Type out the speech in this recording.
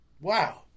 Wow